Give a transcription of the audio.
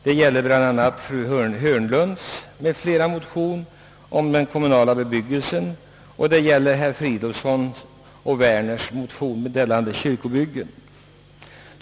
Detta gäller bl.a. fru Hörnlunds m.fl. motion rörande den kommunala bebyggelsen och herr Fridolfssons i Stockholm och herr Werners motion om kyrkobyggen.